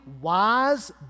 wise